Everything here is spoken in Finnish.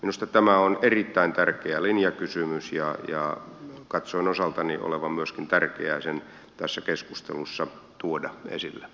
minusta tämä on erittäin tärkeä linjakysymys ja katsoin osaltani olevan myös tärkeää sitä tässä keskustelussa tuoda esille